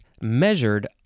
measured